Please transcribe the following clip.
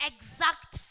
Exact